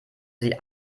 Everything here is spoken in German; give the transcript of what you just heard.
sie